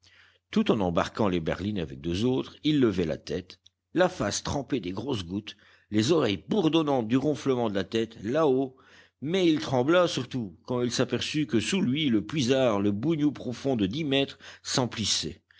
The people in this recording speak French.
tout en embarquant les berlines avec deux autres il levait la tête la face trempée des grosses gouttes les oreilles bourdonnantes du ronflement de la tempête là-haut mais il trembla surtout quand il s'aperçut que sous lui le puisard le bougnou profond de dix mètres